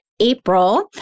April